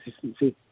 consistency